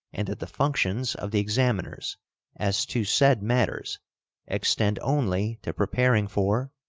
and that the functions of the examiners as to said matters extend only to preparing for,